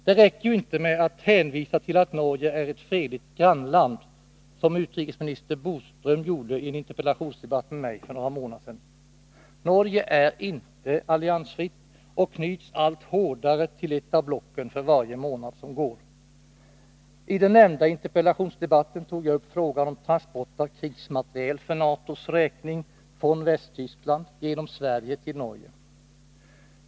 Det räcker ju inte med att hänvisa till att Norge är ett fredligt grannland, som utrikesminister Bodström gjorde i en interpellationsdebatt med mig för några månader sedan. Norge är inte alliansfritt och knyts allt hårdare till ett av blocken för varje månad som går. I den nämnda interpellationsdebatten tog jag upp frågan om transport av krigsmateriel för NATO:s räkning från Västtyskland genom Sverige till Norge.